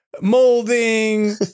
molding